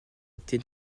était